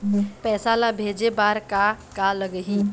पैसा ला भेजे बार का का लगही?